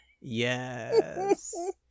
yes